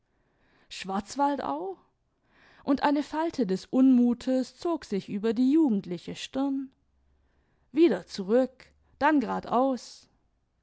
schwarzwaldau und eine falte des unmuthes zog sich über die jugendliche stirn wieder zurück dann g'rad aus